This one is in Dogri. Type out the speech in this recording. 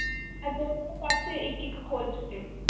अस दोनें पास्सै इक इक खोह्लचै